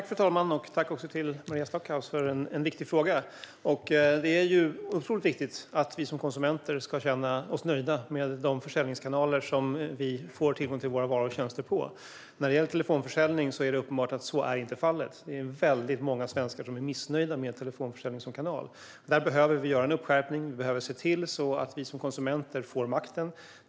Fru talman! Tack till Maria Stockhaus för en viktig fråga! Det är otroligt viktigt att vi som konsumenter kan känna oss nöjda med de försäljningskanaler som vi får tillgång till våra varor och tjänster på. När det gäller telefonförsäljning är det uppenbart att så inte är fallet. Det är många svenskar som är missnöjda med telefonförsäljning som kanal. Där behöver vi göra en skärpning. Vi behöver se till så att vi som konsumenter får makten.